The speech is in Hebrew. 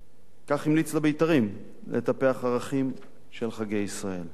כך המליץ לבית"רים לטפח ערכים של חגי ישראל.